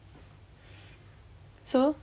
so